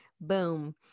Boom